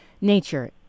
Nature